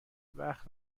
وقت